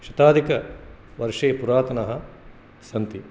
शताधिकवर्षे पुरातनाः सन्ति